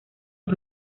los